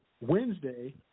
Wednesday